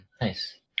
nice